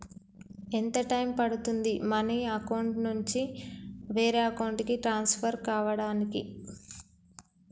ఎంత టైం పడుతుంది money account నుంచి వేరే అకౌంట్ కి ట్రాన్స్ఫర్ కావటానికి?